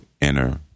inner